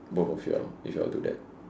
both of you all if you all do that